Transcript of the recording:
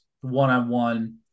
one-on-one